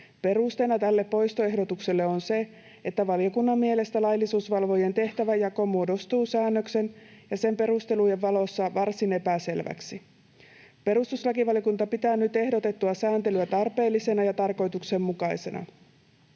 Perusteena tälle poistoehdotukselle on se, että valiokunnan mielestä laillisuusvalvojan tehtäväjako muodostuu säännöksen ja sen perustelujen valossa varsin epäselväksi. Perustuslakivaliokunta pitää nyt ehdotettua sääntelyä tarpeellisena ja tarkoituksenmukaisena.